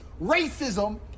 racism